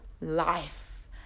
life